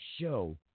show